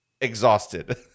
exhausted